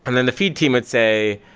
and then the feed team would say,